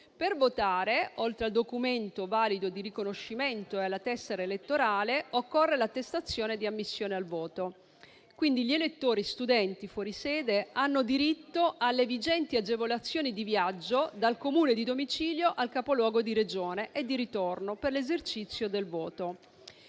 Per votare, oltre al documento di riconoscimento valido e alla tessera elettorale, occorre l'attestazione di ammissione al voto. Pertanto, gli elettori studenti fuori sede hanno diritto alle vigenti agevolazioni di viaggio dal Comune di domicilio al capoluogo di Regione e ritorno per l'esercizio del voto.